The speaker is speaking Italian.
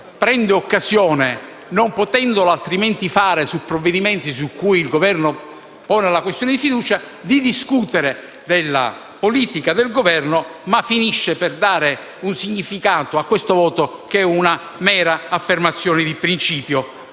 prende occasione, non potendolo altrimenti fare su provvedimenti su cui il Governo pone la questione di fiducia, di discutere della politica del Governo, ma finisce per dare a questo voto un significato che è una mera affermazione di principio.